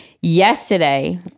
Yesterday